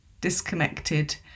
disconnected